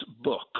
book